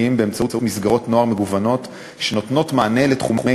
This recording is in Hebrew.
באמצעות מסגרות נוער מגוונות שנותנות מענה בתחומי